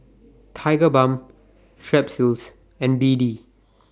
Tigerbalm Strepsils and B D